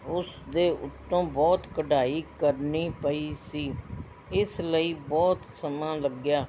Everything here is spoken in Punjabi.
ਉਸਦੇ ਉੱਤੋਂ ਬਹੁਤ ਕਢਾਈ ਕਰਨੀ ਪਈ ਸੀ ਇਸ ਲਈ ਬਹੁਤ ਸਮਾਂ ਲੱਗਿਆ